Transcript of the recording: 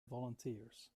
volunteers